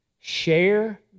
share